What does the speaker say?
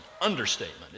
understatement